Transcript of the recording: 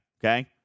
Okay